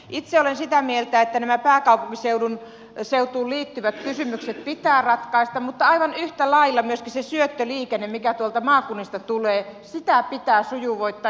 itse olen sitä mieltä että nämä pääkaupunkiseutuun liittyvät kysymykset pitää ratkaista mutta aivan yhtä lailla myöskin sitä syöttöliikennettä mikä tuolta maakunnista tulee pitää sujuvoittaa